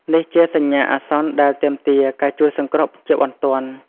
នេះជាសញ្ញាអាសន្នដែលទាមទារ ការជួយសង្គ្រោះជាបន្ទាន់។